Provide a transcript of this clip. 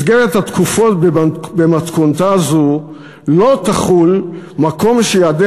מסגרת התקופות במתכונתה זו לא תחול "מקום שיעדי